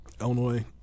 Illinois